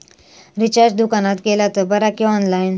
Recharge दुकानात केला तर बरा की ऑनलाइन?